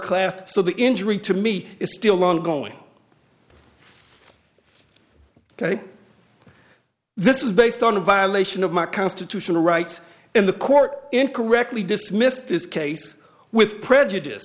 class so the injury to me is still ongoing this is based on a violation of my constitutional rights and the court incorrectly dismissed this case with prejudice